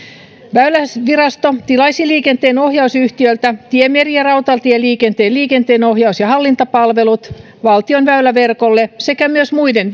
väylävirasto tilaisi liikenteen ohjausyhtiöltä tie meri ja rautatieliikenteen liikenteenohjaus ja hallintapalvelut valtion väyläverkolle sekä myös muiden